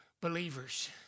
believers